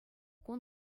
кун